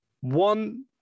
one